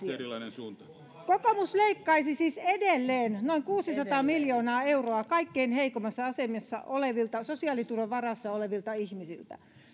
tästä asiasta kokoomus leikkaisi siis edelleen noin kuusisataa miljoonaa euroa kaikkein heikoimmassa asemassa olevilta sosiaaliturvan varassa olevilta ihmisiltä